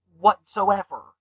whatsoever